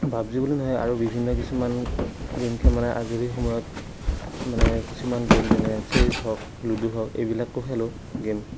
PUBG বুলি নহয় আৰু বিভিন্ন কিছুমান গেম খে মানে আজৰি সময়ত মানে কিছুমান গেম যেনে চেছ হওক লুডু হওক এইবিলাকো খেলোঁ গেম